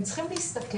הם צריכים להסתכל,